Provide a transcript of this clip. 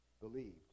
believed